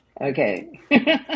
Okay